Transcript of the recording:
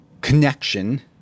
connection